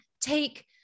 take